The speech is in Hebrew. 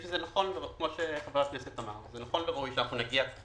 שראוי ונכון, שנגיע,